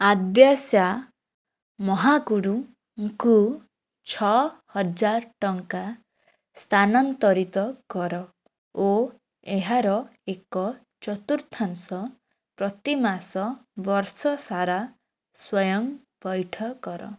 ଆଦ୍ୟାଶା ମହାକୁଡ଼ୁ ଙ୍କୁ ଛଅ ହଜାର ଟଙ୍କା ସ୍ଥାନାନ୍ତରିତ କର ଓ ଏହାର ଏକ ଚତୁର୍ଥାଂଶ ପ୍ରତିମାସ ବର୍ଷ ସାରା ସ୍ଵୟଂ ପଇଠ କର